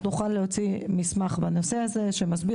אנחנו נוכל להוציא מסמך בנושא הזה שמסביר,